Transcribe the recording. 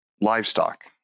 livestock